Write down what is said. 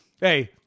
Hey